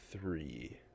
three